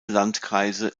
landkreise